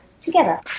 together